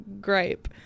gripe